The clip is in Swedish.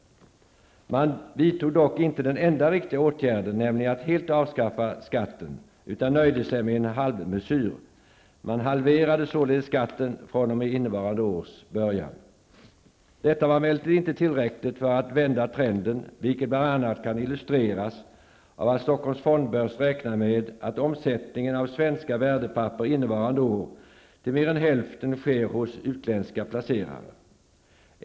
Man vidtog dock inte den enda riktiga åtgärden, nämligen att helt avskaffa skatten, utan nöjde sig med en halvmesyr. Man halverade således skatten fr.o.m. innevarande års början. Detta var emellertid inte tillräckligt för att vända trenden, vilket bl.a. kan illustreras av att Stockholms fondbörs räknar med att omsättningen av svenska värdepapper innevarande år till mer än hälften sker hos utländska placerare.